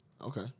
Okay